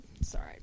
Sorry